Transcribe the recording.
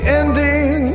ending